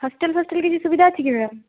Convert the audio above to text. hostel ଫଷ୍ଟେଲ କିଛି ସୁବିଧା ଅଛି କି